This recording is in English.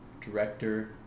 director